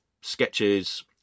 sketches